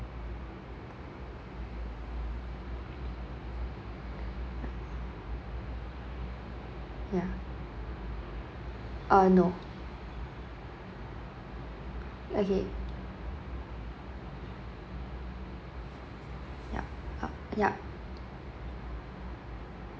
yeah uh no okay yup yup